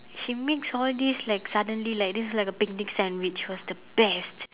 she mixed all these like suddenly like this is like a picnic sandwich it was the best